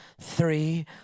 three